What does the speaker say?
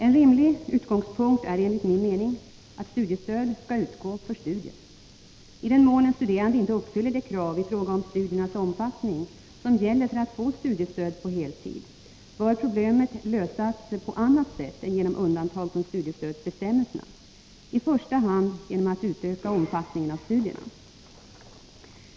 En rimlig utgångspunkt är enligt min mening att studiestöd skall utgå för studier. I den mån en studerande inte uppfyller de krav i fråga om studiernas omfattning som gäller för att få studiestöd på heltid, bör problemet lösas på annat sätt än genom undantag från studiestödsbestämmelserna, i första hand genom att utöka omfattningen av studierna.